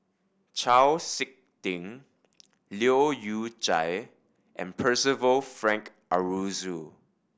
Chau Sik Ting Leu Yew Chye and Percival Frank Aroozoo